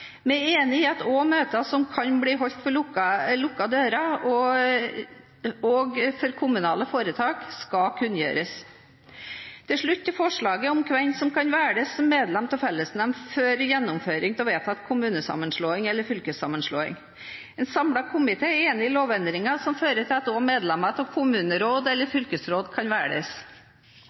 Vi er enig i at også møter som kan bli holdt for lukkede dører, og som gjelder kommunale foretak, skal kunngjøres. Til slutt til forslaget om hvem som kan velges som medlem av fellesnemnd for gjennomføring av vedtatt kommunesammenslåing eller fylkessammenslåing. En samlet komité er enig i lovendringen, som fører til at også medlemmer av kommuneråd eller fylkesråd kan velges.